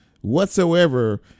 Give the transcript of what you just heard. whatsoever